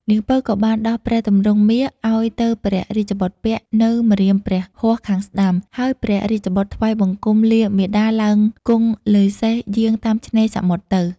នាង ពៅ ក៏បានដោះព្រះទម្រង់មាសឲ្យទៅព្រះរាជបុត្រពាក់នៅម្រាមព្រះហស្តខាងស្តាំ ហើយព្រះរាជបុត្រថ្វាយបង្គំលាមាតាឡើងគង់លើសេះយាងតាមឆេ្នរសមុទ្រទៅ។